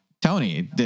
Tony